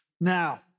Now